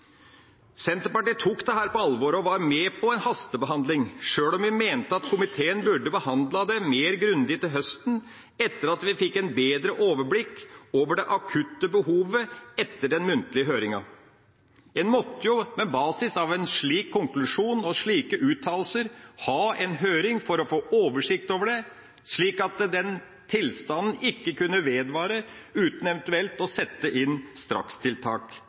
Senterpartiet tok dette på alvor og var med på en hastebehandling, sjøl om vi mente at komiteen burde behandlet det mer grundig til høsten, etter at vi hadde fått et bedre overblikk over det akutte behovet etter den muntlige høringa. En måtte jo med basis i en slik konklusjon og slike uttalelser ha en høring for å få oversikt over det, slik at tilstanden ikke ville vedvare uten at en eventuelt satte inn strakstiltak.